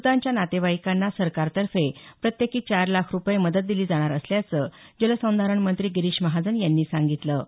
मृतांच्या नातेवाईकांना सरकारतर्फे प्रत्येकी चार लाख रुपये मदत दिली जाणार असल्याचं जलसंधारण मंत्री गिरीश महाजन यांनी सांगितलं